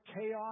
chaos